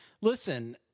listen